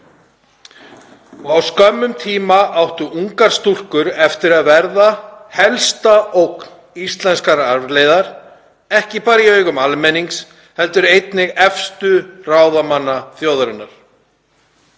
Á skömmum tíma áttu ungar stúlkur eftir að verða helsta ógn íslenskar arfleifðar, ekki bara í augum almennings heldur einnig efstu ráðamanna þjóðarinnar.